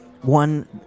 one